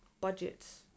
budgets